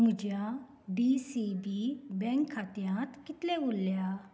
म्हज्या D C B bank खात्यांत कितले उरल्या